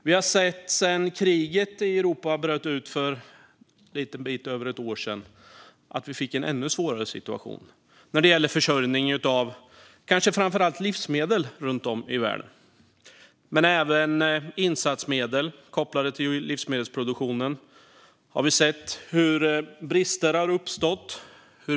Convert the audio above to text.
Vi har sedan kriget i Europa bröt ut för lite över ett år sedan fått en ännu svårare situation när det gäller försörjningen av framför allt livsmedel runt om i världen. Även när det gäller insatsmedel kopplat till livsmedelsproduktion har vi sett hur brister har uppstått.